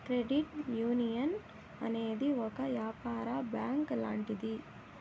credit union అనేది ఒక యాపార బ్యాంక్ లాంటిది